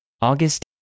August